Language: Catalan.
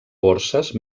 borses